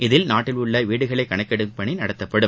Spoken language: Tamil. இதில் நாட்டில் உள்ள வீடுகளை கணக்கெடுக்கும் பணி நடத்தப்படும்